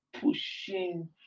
pushing